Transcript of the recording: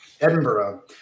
Edinburgh